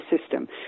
system